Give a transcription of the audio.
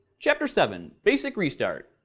chapter seven basic restart,